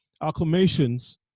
acclamations